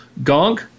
Gonk